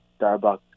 Starbucks